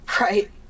Right